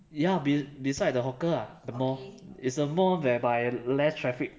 ya be~ beside the hawker ah the mall it's a mall whereby less traffic